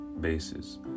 bases